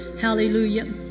Hallelujah